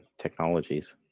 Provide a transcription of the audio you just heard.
technologies